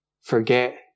forget